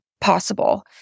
possible